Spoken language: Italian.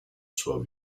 sua